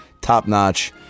top-notch